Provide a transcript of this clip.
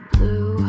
Blue